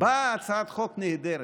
באה הצעת חוק נהדרת: